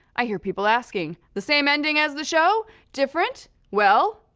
i hear people asking. the same ending as the show? different? well,